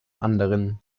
anderen